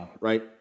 right